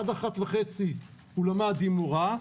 עד 13:30 הוא למד עם מורה,